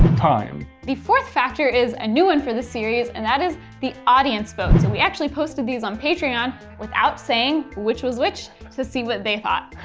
time. the fourth factor is a new one for the series, and that is the audience vote. so we actually posted these on patreon without saying which was which to see what they thought.